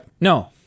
No